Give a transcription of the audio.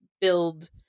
build